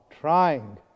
trying